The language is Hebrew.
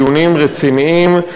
דיונים רציניים.